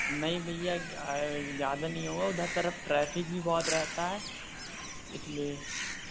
नहीं भैया क्या है ज़्यादा नहीं होगा उधर तरफ़ ट्रैफ़िक भी बहुत रहता है इस लिए